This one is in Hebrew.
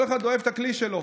כל אחד אוהב את הכלי שלו,